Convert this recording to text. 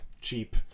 cheap